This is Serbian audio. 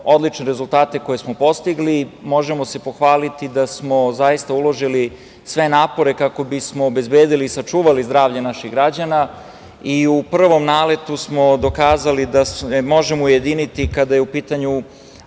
odlične rezultate koje smo postigli. Možemo se pohvaliti da smo zaista uložili sve napore kako bismo obezbedili i sačuvali zdravlje naših građana. U prvom naletu smo dokazali da se možemo ujediniti kada je u pitanju